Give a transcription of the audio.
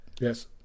yes